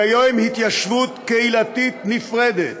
לקיים התיישבות קהילתית נפרדת.